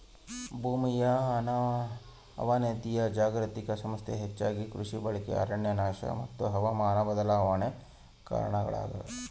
ಭೂಮಿಯ ಅವನತಿಯು ಜಾಗತಿಕ ಸಮಸ್ಯೆ ಹೆಚ್ಚಾಗಿ ಕೃಷಿ ಬಳಕೆ ಅರಣ್ಯನಾಶ ಮತ್ತು ಹವಾಮಾನ ಬದಲಾವಣೆ ಕಾರಣಗುಳಾಗ್ಯವ